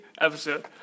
episode